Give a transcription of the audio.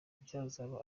byazaba